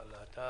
בבקשה.